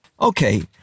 Okay